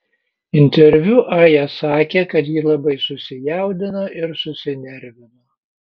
interviu aja sakė kad ji labai susijaudino ir susinervino